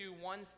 one